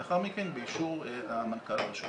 לאחר מכן באישור מנכ"ל הרשות